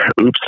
oops